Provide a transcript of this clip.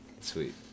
sweet